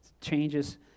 changes